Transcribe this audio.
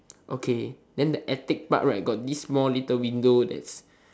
okay then the attic part right got this small little window that's